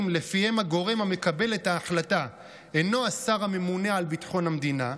לפיהם הגורם המקבל את ההחלטה אינו השר הממונה על ביטחון המדינה,